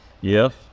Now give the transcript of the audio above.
Yes